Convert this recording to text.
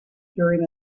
during